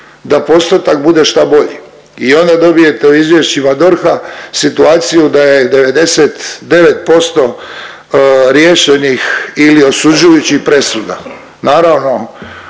da postotak bude šta bolji. I onda dobijete u izvješćima DORH-a situaciju da je 99% riješenih ili osuđujućih presuda.